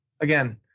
again